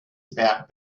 about